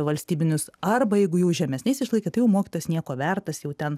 valstybinius arba jeigu jau žemesnės išlaikė tau jau mokytojas nieko vertas jau ten